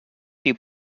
few